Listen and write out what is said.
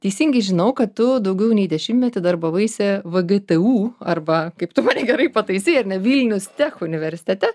teisingai žinau kad tu daugiau nei dešimmetį darbavaisi vgtu arba kaip tu mane gerai pataisei ar ne vilnius tech universitete